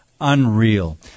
Unreal